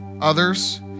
others